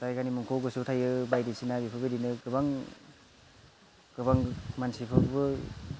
जायगानि मुंखौ गोसोआव थायो बायदिसिना बेफोर बायदिनो गोबां गोबां मानसिफोरबो